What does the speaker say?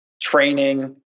training